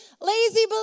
lazy